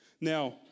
Now